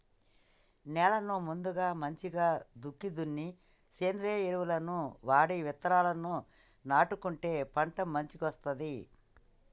నేలను ముందుగా మంచిగ దుక్కి దున్ని సేంద్రియ ఎరువులను వాడి విత్తనాలను నాటుకుంటే పంట మంచిగొస్తది